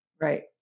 right